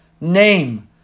name